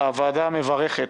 הוועדה מברכת